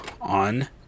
on